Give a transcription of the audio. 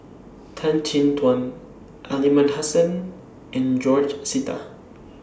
Tan Chin Tuan Aliman Hassan and George Sita